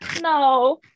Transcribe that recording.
no